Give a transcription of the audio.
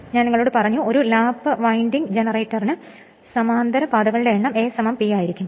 ഞാൻ നിങ്ങളോട് പറഞ്ഞു ഒരു ലാപ് വൈൻഡിംഗ് ജനറേറ്ററിന് സമാന്തര പാതകളുടെ എണ്ണം A P ആയിരിക്കും